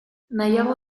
nahiago